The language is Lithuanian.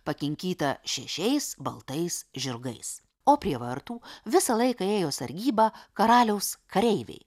pakinkyta šešiais baltais žirgais o prie vartų visą laiką ėjo sargybą karaliaus kareiviai